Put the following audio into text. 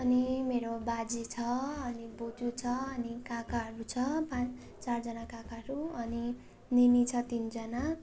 अनि मेरो बाजे छ अनि बोजू छ अनि काकाहरू छ पाँच चारजना काकाहरू अनि निनी छ तिनजना